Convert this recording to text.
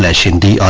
ah in the